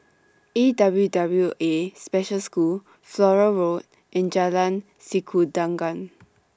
A W W A Special School Flora Road and Jalan Sikudangan